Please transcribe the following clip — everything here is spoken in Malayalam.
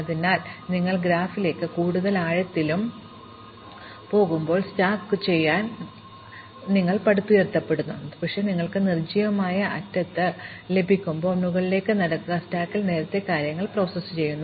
അതിനാൽ നിങ്ങൾ ഗ്രാഫിലേക്ക് കൂടുതൽ ആഴത്തിലും ആഴത്തിലും പോകുമ്പോൾ സ്റ്റാക്കുചെയ്യാൻ നിങ്ങൾ പടുത്തുയർത്തുന്നു തുടർന്ന് നിങ്ങൾക്ക് ഒരു നിർജ്ജീവമായ അറ്റത്ത് സ്റ്റാക്ക് ലഭിക്കുമ്പോഴെല്ലാം മുകളിലേക്ക് നടക്കുക നിങ്ങൾ സ്റ്റാക്കിൽ നേരത്തെ കാര്യങ്ങൾ പ്രോസസ്സ് ചെയ്യുന്നു